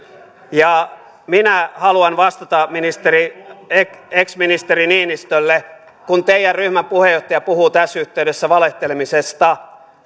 minä haluan vastata ex ex ministeri niinistölle teidän ryhmänne puheenjohtaja puhuu tässä yhteydessä valehtelemisesta